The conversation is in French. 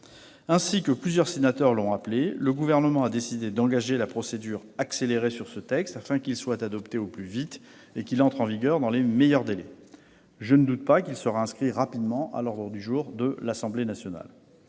Ainsi que plusieurs sénateurs l'ont rappelé, le Gouvernement a décidé d'engager la procédure accélérée sur ce texte, afin qu'il soit adopté au plus vite et qu'il entre en vigueur dans les meilleurs délais. Je ne doute pas qu'il sera inscrit rapidement à l'ordre du jour de l'Assemblée nationale.